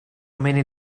many